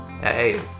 hey